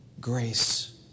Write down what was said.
grace